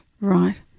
Right